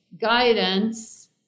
guidance